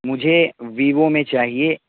مجھے ویوو میں چاہیے